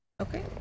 Okay